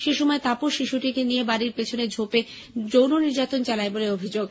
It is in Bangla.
সেইসময় তাপস শিশুটিকে নিয়ে বাড়ির পেছনে ঝোঁপে যৌন নির্যাতন চালায় বলে অভিযোগ